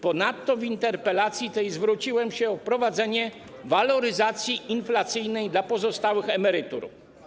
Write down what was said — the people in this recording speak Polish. Ponadto w interpelacji tej zwróciłem się o wprowadzenie waloryzacji inflacyjnej dla pozostałych emerytur.